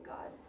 God